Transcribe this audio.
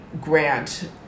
grant